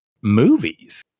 movies